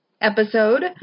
episode